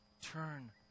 Turn